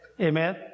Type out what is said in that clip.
Amen